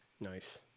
Nice